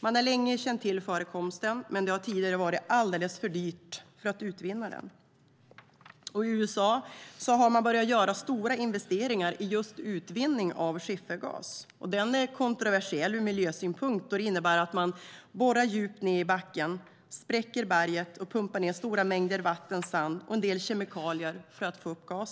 Man har länge känt till förekomsten, men det har tidigare varit alldeles för dyrt att utvinna den. I USA har man börjat göra stora investeringar i just utvinning av skiffergas. Den är kontroversiell från miljösynpunkt eftersom man för att få upp gasen borrar djupt ned i backen, spräcker berget och pumpar ned stora mängder vatten, sand och en del kemikalier.